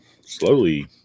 slowly